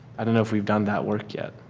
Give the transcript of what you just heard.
i don't know if we have done that work yet.